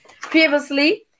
previously